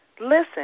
Listen